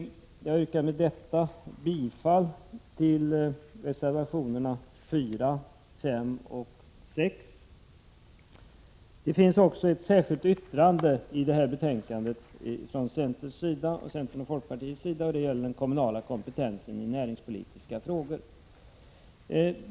Jag yrkar med detta bifall till reservationerna 4, 5 och 6. Till detta betänkande finns också fogat ett särskilt yttrande från centern och folkpartiet som gäller den kommunala kompetensen i näringspolitiska frågor.